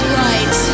right